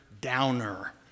downer